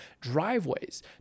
driveways